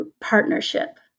partnership